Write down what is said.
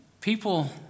people